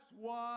one